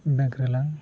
bank ᱨᱮᱞᱟᱝ